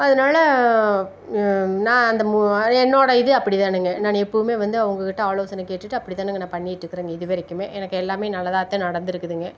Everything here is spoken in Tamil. அதனால நான் அந்த என்னோட இது அப்படிதானுங்க நான் எப்பவுமே வந்து அவங்க கிட்டே ஆலோசனை கேட்டுவிட்டு அப்படிதானுங்க நான் பண்ணிகிட்ருக்குறேங்க இது வரைக்குமே எனக்கு எல்லாமே நல்லதாகத்தான் நடந்திருக்குதுங்க